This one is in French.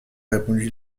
répondit